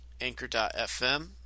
Anchor.fm